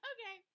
Okay